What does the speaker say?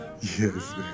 Yes